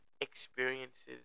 experiences